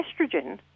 estrogen